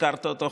הזכרת אותו,